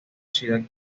ciudad